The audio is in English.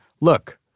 look